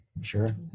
Sure